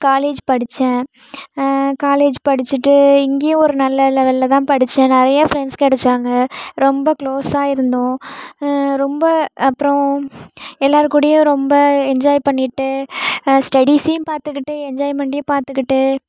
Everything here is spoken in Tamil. காலேஜ் படித்தேன் காலேஜ் படிச்சுட்டு இங்கேயும் ஒரு நல்ல லெவலில் தான் படித்தேன் நிறைய ஃப்ரெண்ட்ஸ் கெடைச்சாங்க ரொம்ப குளோஸா இருந்தோம் ரொம்ப அப்பறம் எல்லார் கூடயும் ரொம்ப என்ஜாய் பண்ணிட்டு ஸ்டடீஸையும் பார்த்துக்கிட்டு என்ஜாய்மெண்ட்டையும் பார்த்துக்கிட்டு